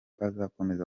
azakomeza